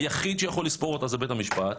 היחיד שיכול לספור אותה זה בית המשפט,